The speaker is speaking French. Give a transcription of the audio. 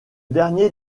dernier